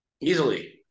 Easily